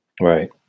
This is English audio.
right